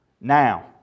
now